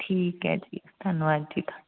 ਠੀਕ ਹੈ ਠੀਕ ਧੰਨਵਾਦ ਜੀ ਤੁਹਾਡਾ